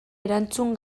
erantzun